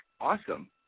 Awesome